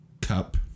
cup